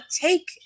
take